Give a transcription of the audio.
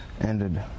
ended